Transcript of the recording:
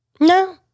No